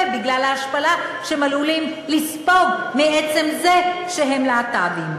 בגלל ההשפלה שהם עלולים לספוג מעצם זה שהם להט"בים.